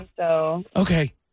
Okay